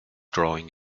drawing